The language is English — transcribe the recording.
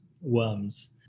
worms